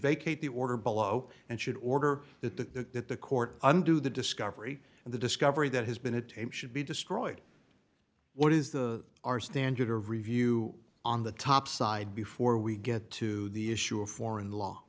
vacate the order below and should order that the that the court undo the discovery and the discovery that has been attained should be destroyed what is the our standard of review on the top side before we get to the issue of foreign law